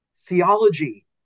Theology